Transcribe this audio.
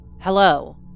Hello